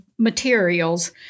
materials